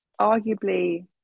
arguably